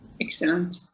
excellent